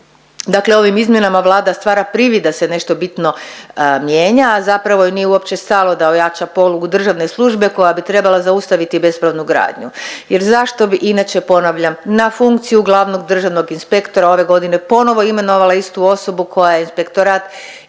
Dakle, ovim izmjenama Vlada stvara privid da se nešto bitno mijenja, a zapravo joj nije uopće stalo da ojača polugu državne službe koja bi trebala zaustaviti bespravnu gradnju jer zašto bi inače ponavljam na funkciju glavnog Državnog inspektora ove godine ponovo imenovala istu osobu koja je inspektorat